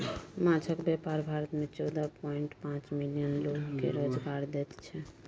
माछक बेपार भारत मे चौदह पांइट पाँच मिलियन लोक केँ रोजगार दैत छै